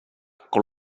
con